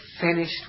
finished